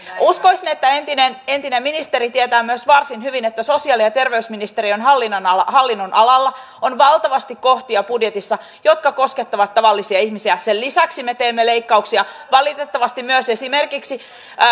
uskoisin että entinen entinen ministeri tietää myös varsin hyvin että sosiaali ja terveysministeriön hallinnonalalla on budjetissa valtavasti kohtia jotka koskettavat tavallisia ihmisiä sen lisäksi me teemme leikkauksia valitettavasti myös esimerkiksi